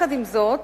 עם זאת,